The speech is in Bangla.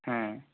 হ্যাঁ